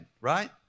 right